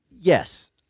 yes